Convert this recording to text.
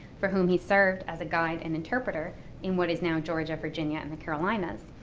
for whom he served as a guide and interpreter in what is now georgia, virginia, and the carolinas,